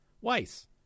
Weiss